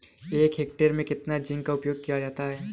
एक हेक्टेयर में कितना जिंक का उपयोग किया जाता है?